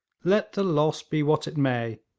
let the loss be what it may,